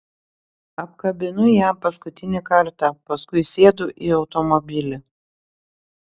apkabinu ją paskutinį kartą paskui sėdu į automobilį